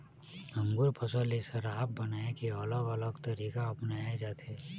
अंगुर फसल ले शराब बनाए के अलग अलग तरीका अपनाए जाथे